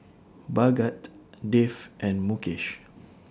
Bhagat Dev and Mukesh